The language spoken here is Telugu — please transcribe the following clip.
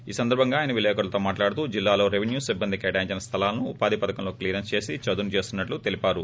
ఈ సందర్భంగా ఆయన విలేకరులతో మాట్లాడుతూ జిల్లాలో రెవిన్యూ సిబ్బంది కేటాయించిన స్థలాలను ఉపాధి పథకంలో క్లియరెస్పీ చేసి చదును చేస్తున్నట్లు తెలిపారు